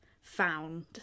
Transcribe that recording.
found